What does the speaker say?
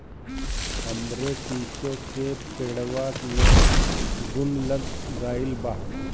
हमरे शीसो के पेड़वा में घुन लाग गइल बा